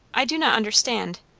i do not understand